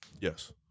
Yes